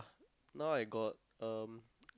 now I got um